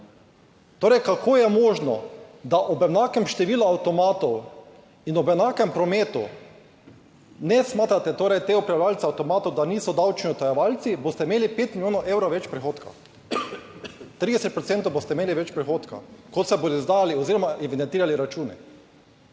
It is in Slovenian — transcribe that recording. Torej, kako je možno, da ob enakem številu avtomatov in ob enakem prometu ne smatrate torej te upravljavce avtomatov, da niso davčni utajevalci? Boste imeli pet milijonov evrov več prihodka. 30 procentov boste imeli več prihodka, ko se bodo izdajali oziroma evidentirali računi.